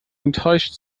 enttäuscht